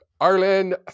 Arlen